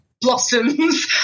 blossoms